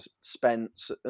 Spence